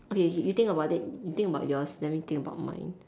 okay you you think about it you think about yours let me think about mine